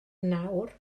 nawr